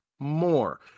more